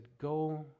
go